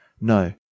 No